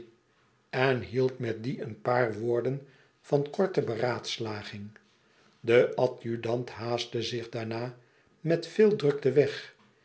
en hield met dien een paar woorden van korte beraadslaging de adjudant haastte zich daarna met veel drukte weg